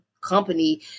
company